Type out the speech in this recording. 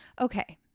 Okay